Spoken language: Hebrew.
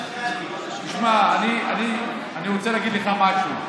אני רוצה להגיד לך משהו,